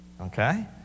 okay